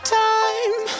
time